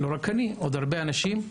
ומבחינת עוד הרבה אנשים,